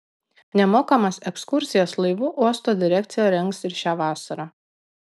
nemokamas ekskursijas laivu uosto direkcija rengs ir šią vasarą